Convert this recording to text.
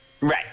Right